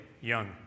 young